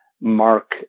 Mark